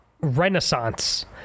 Renaissance